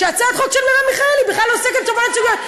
כשהצעת החוק של מרב מיכאלי בכלל עוסקת בתובענות ייצוגיות.